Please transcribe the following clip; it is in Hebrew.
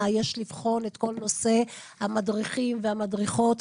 יש לבחון את כל נושא המדריכים והמדריכות.